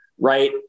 right